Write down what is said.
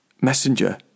messenger